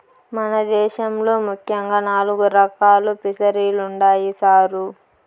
మన దేశంలో ముఖ్యంగా నాలుగు రకాలు ఫిసరీలుండాయి సారు